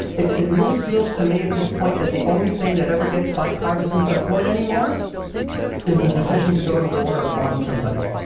it really feels to me at this point, that the only thing that ever gets bipartisan support anymore is the decision to go to war or bomb somebody.